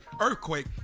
Earthquake